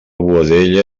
boadella